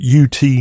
ut